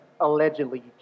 allegedly